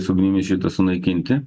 su ugnimi šitą sunaikinti